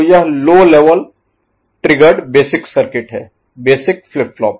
तो यह low level triggered basic circuit है बेसिक फ्लिप फ्लॉप